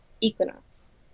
Equinox